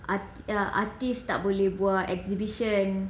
ah ya artist tak boleh buat exhibition